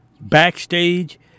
backstage